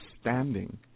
standing